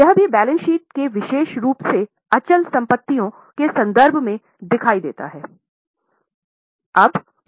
यह भी balance sheet में विशेष रूप से अचल संपत्तियों के संदर्भ में दिखाई देता है